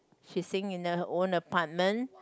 she's seeing the own apartment